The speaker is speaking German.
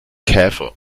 käfer